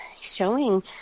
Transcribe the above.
showing